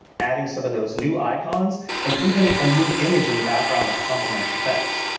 adding some of those new icons and even a new image in the background that compliments the text.